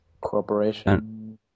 cooperation